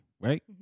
right